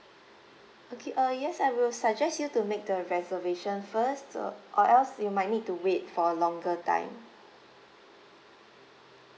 okay uh yes I will suggest you to make the reservation first to or else you might need to wait for a longer time